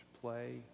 play